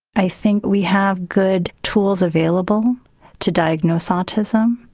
i think we have good tools available to diagnose autism.